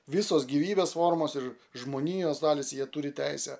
visos gyvybės formos ir žmonijos dalys jie turi teisę